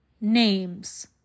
names